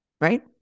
right